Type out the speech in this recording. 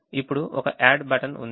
ఇప్పుడు ఒక add button ఉంది